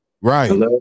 Right